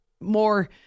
more